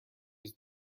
was